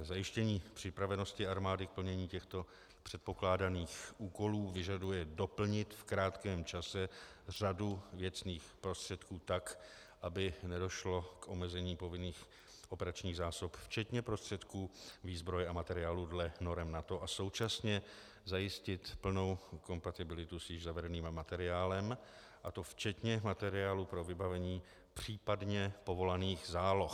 Zajištění připravenosti armády k plnění těchto předpokládaných úkolů vyžaduje doplnit v krátkém čase řadu věcných prostředků tak, aby nedošlo k omezení povinných operačních zásob včetně prostředků výzbroje a materiálu podle norem NATO, a současně zajistit plnou kompatibilitu s již zavedeným materiálem, a to včetně materiálu pro vybavení případně povolaných záloh.